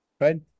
right